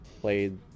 Played